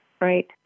right